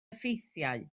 effeithiau